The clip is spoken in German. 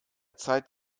zeit